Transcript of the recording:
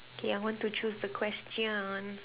K I want to choose the question